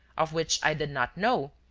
of which i did not know,